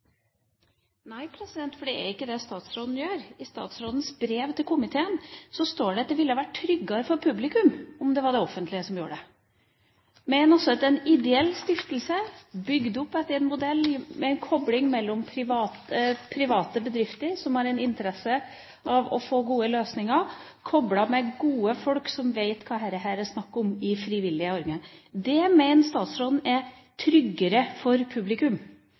Nei, det er ikke det statsråden gjør. I statsrådens brev til komiteen står det at det ville vært «tryggere for publikum» om det var det offentlige som gjorde det. Mener hun også en ideell stiftelse, bygd opp etter en modell der private bedrifter som har interesse av å få gode løsninger, er koblet med gode folk som vet hva dette er snakk om, i frivillig arbeid? Hva er det egentlig som er trusselen for publikum